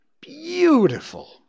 Beautiful